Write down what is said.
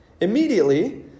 Immediately